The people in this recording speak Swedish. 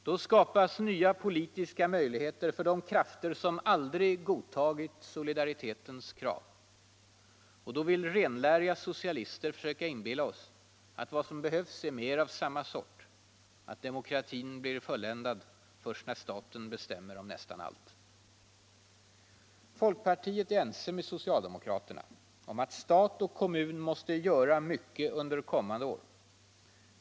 Då skapas nya politiska möjligheter för de krafter som aldrig godtagit solidaritetens krav. Och då vill renläriga socialister försöka inbilla oss att vad som behövs är bara mer av samma sort, att demokratin blir fulländad först då staten bestämmer om nästan allt. Folkpartiet är ense med socialdemokraterna om att stat och kommun måste göra mycket under kommande år.